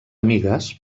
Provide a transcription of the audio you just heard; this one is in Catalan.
amigues